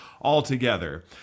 altogether